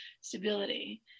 stability